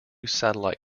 satellite